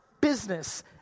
business